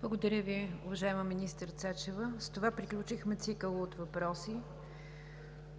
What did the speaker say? Благодаря Ви, уважаема министър Цачева. С това приключихме цикъла от въпроси.